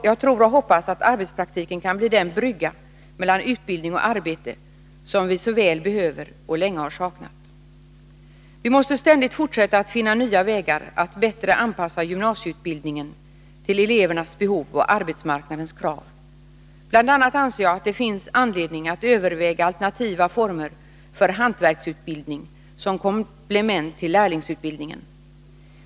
Jag tror och hoppas att arbetspraktiken kan bli den brygga mellan utbildning och arbete som vi så väl behöver och länge har saknat. Vi måste ständigt fortsätta att finna nya vägar att bättre anpassa gymnasieutbildningen till elevernas behov och arbetsmarknadens krav. Bl. a. anser jag att det finns anledning att överväga alternativa former för hantverksutbildning som komplement till lärlingsutbildningen.